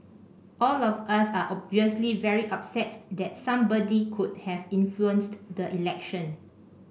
all of us are obviously very upset that somebody could have influenced the election